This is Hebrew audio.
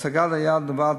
השגת היעד באה,